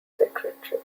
secretary